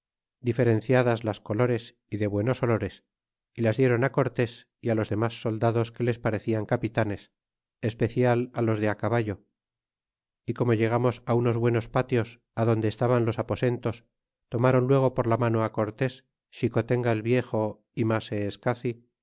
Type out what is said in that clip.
diferenoiadas las colores y de buenos olores y las dieron cortés y á los domas soldados que les parecian capitanes especial los de á caballo y como llegamos á unos buenos patios adonde estaban los aposentos tomáron luego por la mano á cortes xicotenga el viejo y maseescaci